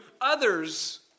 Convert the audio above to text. others